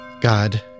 God